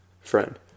Friend